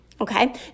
Okay